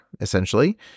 essentially